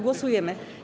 Głosujemy.